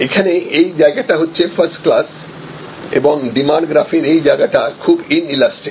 এখানে এই জায়গাটা হচ্ছে ফার্স্ট ক্লাস এবং ডিমান্ড গ্রাফের এই জায়গাটা খুব ইন ইলাস্টিক